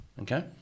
Okay